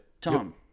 Tom